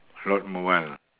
Lord mobile